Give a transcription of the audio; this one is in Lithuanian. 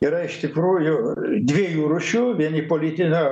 yra iš tikrųjų dviejų rūšių vieni politinio